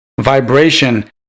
vibration